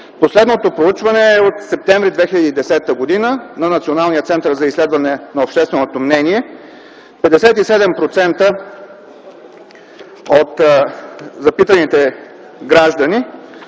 Последното проучване е от м. септември 2010 г. на Националния център за изследване на общественото мнение – 57% от запитаните граждани